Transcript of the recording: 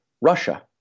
Russia